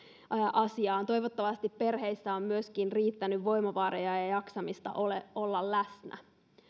etäasiaan toivottavasti perheissä on myöskin riittänyt voimavaroja ja ja jaksamista olla läsnä